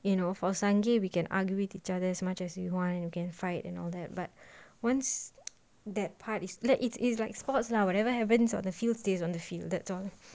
you know for sungey we can argue with each other as much as we want and you can fight and all that but once that part is like it's it's like sports lah whatever happens on the field stays on the field that's all